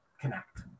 connect